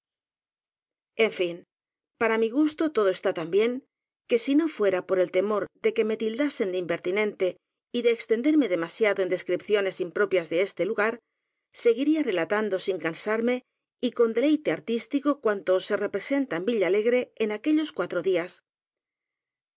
en fin para mi gusto todo está tan bien que si no fuera por el temor de que me tildasen de im pertinente y de extenderme demasiado en des cripciones impropias de este lugar seguiría re latando sin cansarme y con deleite artístico cuanto se representa en villalegre en aquellos cuatro días